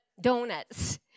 donuts